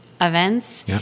events